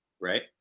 right